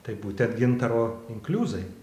tai būtent gintaro inkliuzai